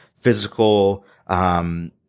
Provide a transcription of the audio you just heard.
physical –